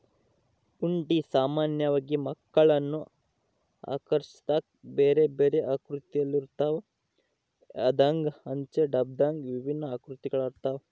ಹುಂಡಿ ಸಾಮಾನ್ಯವಾಗಿ ಮಕ್ಕಳನ್ನು ಆಕರ್ಷಿಸಾಕ ಬೇರೆಬೇರೆ ಆಕೃತಿಯಲ್ಲಿರುತ್ತವ, ಹಂದೆಂಗ, ಅಂಚೆ ಡಬ್ಬದಂಗೆ ವಿಭಿನ್ನ ಆಕೃತಿಗಳಿರ್ತವ